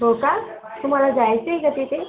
हो का तुम्हाला जायचं आहे का तिथे